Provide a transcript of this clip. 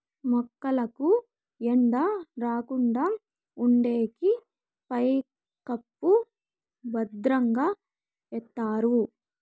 మొక్కలకు ఎండ రాకుండా ఉండేకి పైకప్పు భద్రంగా ఎత్తారు